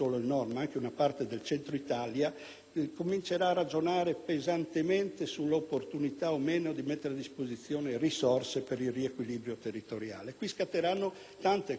comincerà a ragionare pesantemente sull'opportunità di mettere a disposizione risorse per il riequilibrio territoriale. Su questo scatteranno tante contraddizioni e la mia preoccupazione è che